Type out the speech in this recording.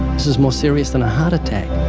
this is more serious than a heart attack,